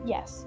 Yes